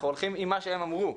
אנחנו הולכים עם מה שהם אמרו.